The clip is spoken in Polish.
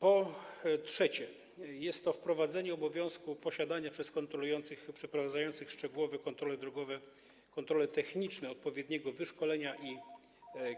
Po trzecie, wprowadzenie obowiązku posiadania przez kontrolujących i przeprowadzających szczegółowe drogowe kontrole techniczne odpowiedniego wyszkolenia i